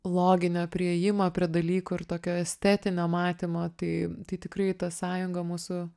loginio priėjimo prie dalykų ir tokio estetinio matymo tai tai tikrai ta sąjunga mūsų